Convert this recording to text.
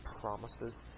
promises